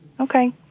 Okay